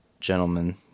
gentlemen